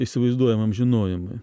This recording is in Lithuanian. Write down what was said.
įsivaizduojamam žinojimui